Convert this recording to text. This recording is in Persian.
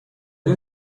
این